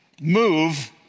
move